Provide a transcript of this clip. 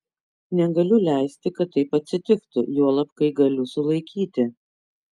negaliu leisti kad taip atsitiktų juolab kai galiu sulaikyti